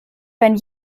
wenn